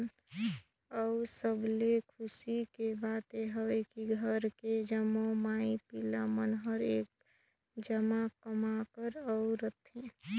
अउ सबले खुसी के बात ये हवे की घर के जम्मो माई पिला मन हर एक जघा कमाथन अउ रहथन